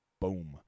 Boom